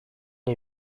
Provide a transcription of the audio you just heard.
les